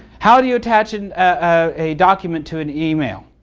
how do you attach and ah a document to an email?